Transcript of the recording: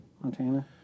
Montana